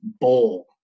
bowl